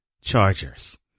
Chargers